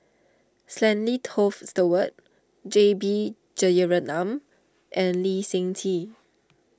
Stanley Toft Stewart J B Jeyaretnam and Lee Seng Tee